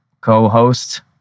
co-host